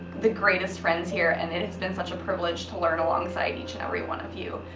the greatest friends here, and it has been such a privilege to learn alongside each and every one of you.